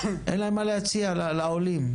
אין להם מה להציע לעולים.